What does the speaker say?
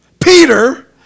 Peter